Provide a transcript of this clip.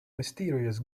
mysterious